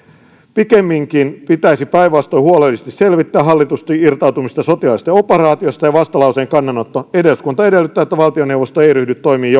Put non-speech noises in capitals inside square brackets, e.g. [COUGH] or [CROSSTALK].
pikemminkin pitäisi päinvastoin huolellisesti selvittää hallitusti irtautumista sotilaallisesta operaatiosta ja vastalauseen kannanotto eduskunta edellyttää että valtioneuvosto ei ryhdy toimiin [UNINTELLIGIBLE]